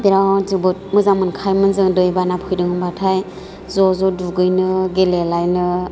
बेराद जोबोद मोजां मोनखायोमोन जों दैबाना फैदों होनबाथाय ज' ज' दुगैनो गेलेलायनो